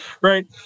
Right